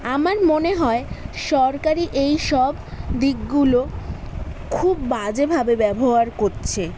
আমার মনে হয় সরকারই এইসব দিকগুলো খুব বাজেভাবে ব্যবহার করছে